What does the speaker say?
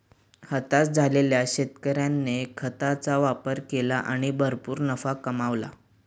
हताश झालेल्या शेतकऱ्याने खताचा वापर केला आणि भरपूर नफा कमावला